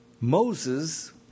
Moses